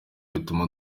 bituma